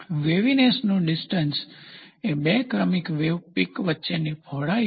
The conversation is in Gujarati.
વેવીનેસનું ડીસ્ટન્સ એ બે ક્રમિક વેવ પીક વચ્ચેની પહોળાઈ છે